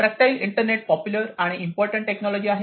tactile internet popular आणि important technology आहे